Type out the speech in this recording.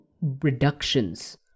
reductions